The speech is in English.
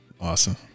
Awesome